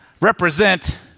represent